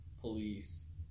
police